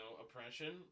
oppression